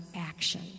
action